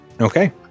Okay